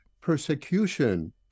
persecution